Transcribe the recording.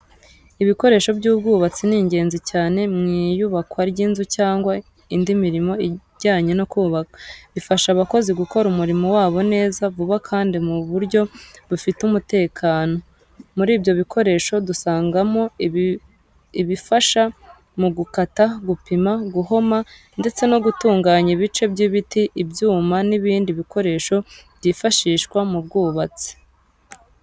Ibikoresho by’ubwubatsi ni ingenzi cyane mu iyubakwa ry’inzu cyangwa indi mirimo ijyanye no kubaka. Bifasha abakozi gukora umurimo wabo neza, vuba kandi mu buryo bufite umutekano. Muri ibyo bikoresho dusangamo ibifasha mu gukata, gupima, guhoma, ndetse no gutunganya ibice by'ibiti, ibyuma n'ibindi bikoresho byifashishwa mu bwubatsi.